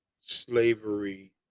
slavery